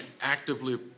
actively